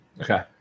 Okay